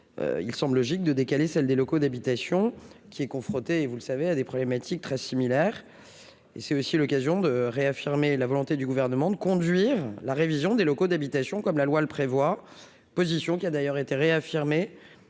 il semble logique de décaler, celle des locaux d'habitation qui est confronté, et vous le savez, à des problématiques très similaires et c'est aussi l'occasion de réaffirmer la volonté du gouvernement de conduire la révision des locaux d'habitation, comme la loi le prévoit, position qui a d'ailleurs été réaffirmé